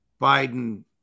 Biden